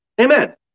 Amen